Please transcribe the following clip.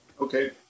Okay